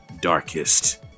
darkest